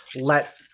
let